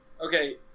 Okay